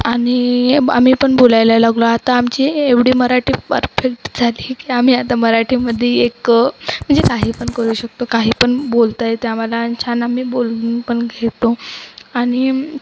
आणि आम्ही पण बोलायला लागलो आता आमची एवढी मराठी परफेक्ट झाली की आम्ही आता मराठीमध्ये एक म्हणजे काही पण करू शकतो काही पण बोलता येते आम्हाला आणि छान आम्ही बोलून पण घेतो आणि